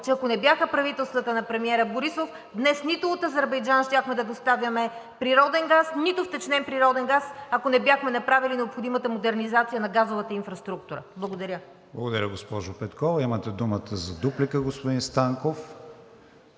че ако не бяха правителствата на премиера Борисов, днес нито от Азербайджан щяхме да доставяме природен газ, нито втечнен природен газ, ако не бяхме направили необходимата модернизация на газовата инфраструктура. Благодаря. ПРЕДСЕДАТЕЛ КРИСТИАН ВИГЕНИН: Благодаря, госпожо Петкова. Имате думата за дуплика, господин Станков.